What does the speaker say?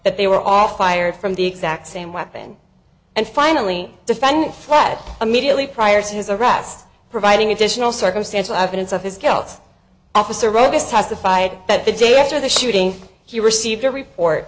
that they were all fired from the exact same weapon and finally defendant fred immediately prior to his arrest providing additional circumstantial evidence of his guilt officer roby's testified that the day after the shooting he received a report